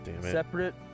Separate